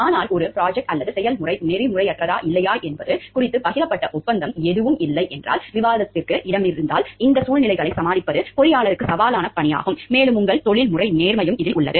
ஆனால் ஒரு ப்ரொஜெக்டர் அல்லது செயல்முறை நெறிமுறையற்றதா இல்லையா என்பது குறித்து பகிரப்பட்ட ஒப்பந்தம் எதுவும் இல்லை என்றால் விவாதத்திற்கு இடமிருந்தால் இந்த சூழ்நிலைகளைச் சமாளிப்பது பொறியாளருக்கு சவாலான பணியாகும் மேலும் உங்கள் தொழில்முறை நேர்மையும் இதில் உள்ளது